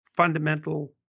Fundamental